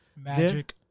Magic